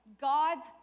God's